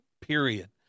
period